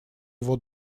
его